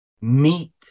meet